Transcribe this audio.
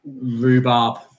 Rhubarb